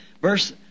verse